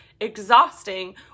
exhausting